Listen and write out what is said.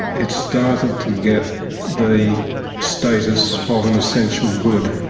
it started to get the status of an essential good.